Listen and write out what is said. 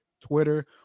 twitter